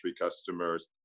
customers